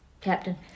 captain